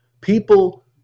People